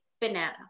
banana